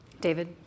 David